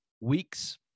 weeks